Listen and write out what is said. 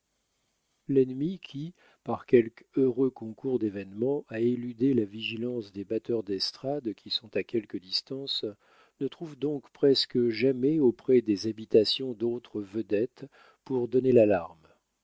l'ennemi qui par quelque heureux concours d'événements a éludé la vigilance des batteurs d'estrade qui sont à quelque distance ne trouve donc presque jamais auprès des habitations d'autres vedettes pour donner l'alarme